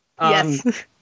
Yes